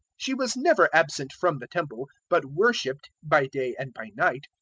she was never absent from the temple, but worshipped, by day and by night,